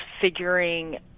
figuring